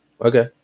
Okay